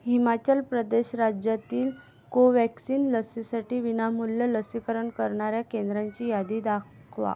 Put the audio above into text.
हिमाचल प्रदेश राज्यातील कोव्हॅक्सिन लसीसाठी विनामूल्य लसीकरण करणाऱ्या केंद्रांची यादी दाखवा